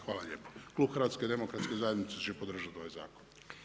Hvala lijepo, klub HDZ-a će podržati ovaj zakon.